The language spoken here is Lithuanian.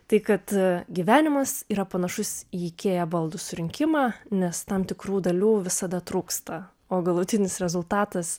tai kad gyvenimas yra panašus į ikėja baldų surinkimą nes tam tikrų dalių visada trūksta o galutinis rezultatas